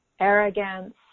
arrogance